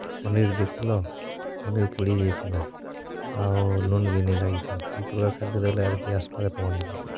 ପନିର୍ ଦେଇଥିଲା ପନିର୍ ପୁଡ଼ିଯାଇଥିଲା ଆଉ ନୁନ୍ ବି ନେଇଲାଗିଥେଇ ଇ ପ୍ରକାର୍ ଖାଦ୍ୟ ଦେଲେ ଆର୍ କେ ଆସ୍ବା କେଁ ତମର୍ନିକେ